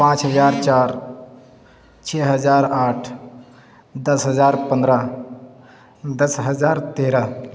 پانچ ہزار چار چھ ہزار آٹھ دس ہزار پندرہ دس ہزار تیرہ